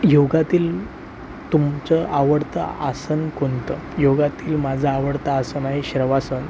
योगातील तुमचं आवडतं आसन कोणतं योगातील माझं आवडतं आसन आहे शवासन